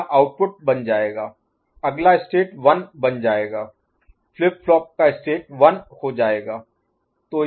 यह आउटपुट बन जाएगा अगला स्टेट 1 बन जाएगा फ्लिप फ्लॉप का स्टेट 1 हो जाएगा